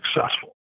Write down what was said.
successful